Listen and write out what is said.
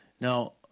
Now